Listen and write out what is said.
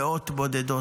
מאות בודדות.